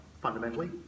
fundamentally